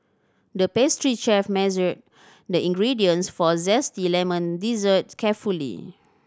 the pastry chef measured the ingredients for zesty lemon dessert carefully